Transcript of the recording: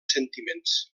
sentiments